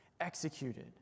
executed